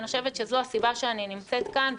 אני חושבת שזו הסיבה שאני נמצאת כאן.